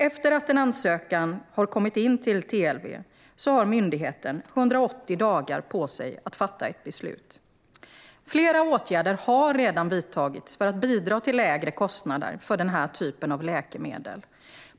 Efter att en ansökan har kommit in till TLV har myndigheten 180 dagar på sig att fatta ett beslut. Flera åtgärder har redan vidtagits för att bidra till lägre kostnader för den här typen av läkemedel.